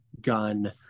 gun